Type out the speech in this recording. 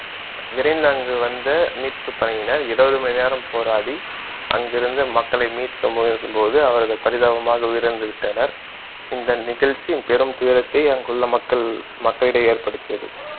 விரைந்து அங்கே வந்த மீட்புப் படையினர் இருபது மணி நேரம் போராடி அங்கேருந்த மக்களை மீட்க முயலும் போது அவர்கள் பரிதாபமாக உயிரிழந்து விட்டனர் இந்த நிகழ்ச்சி பெரும் துயரத்தை அங்குள்ள மக்கள் மக்களிடையே ஏற்படுத்தியது